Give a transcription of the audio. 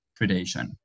predation